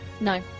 No